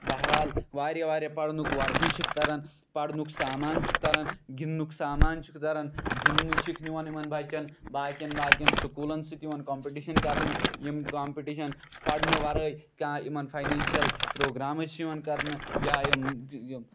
بہرحال واریاہ واریاہ پَرنُک وَردی چھکھ تَران پَرنُک سامان چھُکھ تَران گِنٛدنُک سامان چھُکھ تَران گِنٛدنہِ چھِکھ نِوان یِمَن بَچَن باقٕیَن باقٕیَن سکوٗلَن سۭتۍ یِوان کامپِٹِشَن کَرنہٕ یِم کامپِٹِشَن یُس پَرنہٕ وَرٲے کانٛہہ یِمَن فاینٮ۪نشَل پرٛوگرامٕز چھِ یِوان کَرنہٕ یا یِم